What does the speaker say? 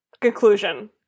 conclusion